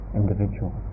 individual